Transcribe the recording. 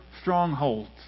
strongholds